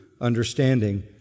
understanding